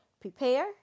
prepare